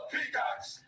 Peacocks